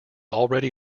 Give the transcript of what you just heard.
already